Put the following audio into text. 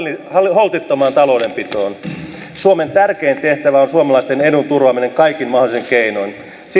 holtittomaan taloudenpitoon suomen tärkein tehtävä on suomalaisten edun turvaaminen kaikin mahdollisin keinoin